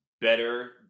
better